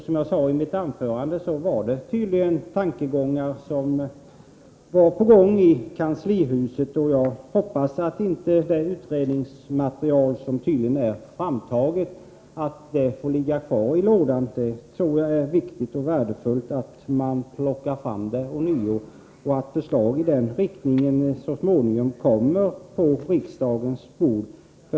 Som jag sade i mitt anförande var detta tydligen tankegångar som fanns i kanslihuset, och jag hoppas att det utredningsmaterial som tydligen är framtaget inte får ligga kvar i lådan. Jag tror att det är viktigt och värdefullt att man plockar fram det ånyo och att förslag i den riktningen så småningom läggs fram på riksdagens bord.